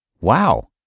Wow